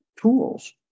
tools